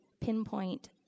pinpoint